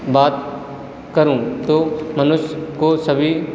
बात करूँ तो मनुष्य को सभी